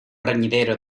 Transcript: reñidero